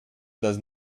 does